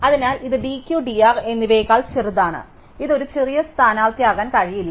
അതിനാൽ ഇത് d Q d R എന്നിവയേക്കാൾ ചെറുതാണ് അതിനാൽ ഇത് ഒരു ചെറിയ സ്ഥാനാർത്ഥിയാകാൻ കഴിയില്ല